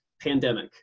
pandemic